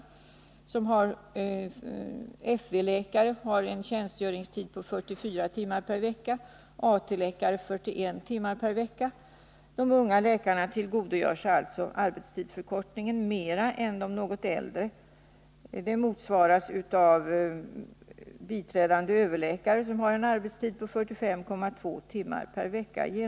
Arbetstiden för t.ex. en biträdande överläkare var densamma år 1977 och innevarande år, ca 45 timmar per vecka. FV-läkare hade en tjänstgöringstid på 44 timmar per vecka år 1977 och har 43 timmar i år. AT-läkare hade en tjänstgöringstid på 41 timmar per vecka år 1977 och har 40,5 i år. De unga läkarna tillgodogör sig alltså arbetstidsförkortningen mer än de något äldre.